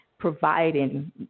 providing